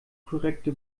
korrekte